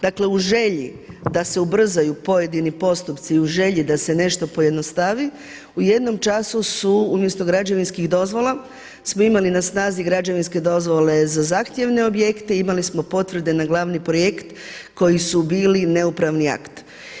Dakle, u želji da se ubrzaju pojedini postupci, u želji da se nešto pojednostavi u jednom času su umjesto građevinskih dozvola smo imali na snazi građevinske dozvole za zahtjevne objekte, imali smo potvrde na glavni projekt koji su bili neupravni akt.